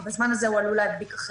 ובזמן הזה הוא עלול להדביק אחרים.